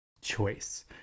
choice